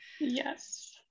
Yes